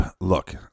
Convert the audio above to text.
Look